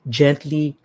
gently